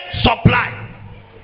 supply